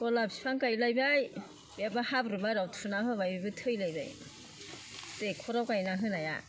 गलाप बिफां गायलायबाय बेबो हाब्रुबारियाव थुना होबाय बेबो थैलायबाय दैखराव गायनानै होनाया